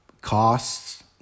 costs